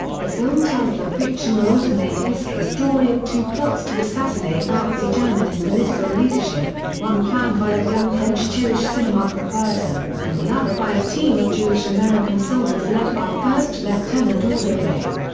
the film tells the fictional alternate history story of two plots to assassinate nazi germany's political leadership, one planned by a young french jewish cinema proprietor, and the other by a team of jewish-american soldiers led by first lieutenant aldo raine.